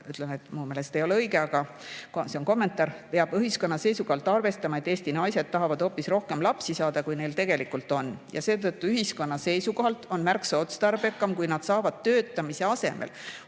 – mis minu meelest ei ole õige, aga see on lihtsalt kommentaar –, siis peab ühiskonna seisukohalt arvestama, et Eesti naised tahavad rohkem lapsi saada, kui neil tegelikult on. Ja seetõttu ühiskonna seisukohalt on märksa otstarbekam, kui nad saavad töötamise asemel